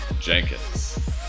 Jenkins